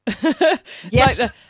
Yes